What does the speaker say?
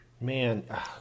Man